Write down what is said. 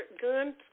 gun